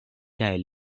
kaj